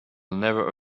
never